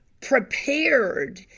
prepared